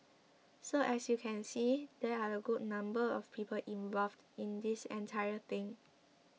so as you can see there are a good number of people involved in this entire thing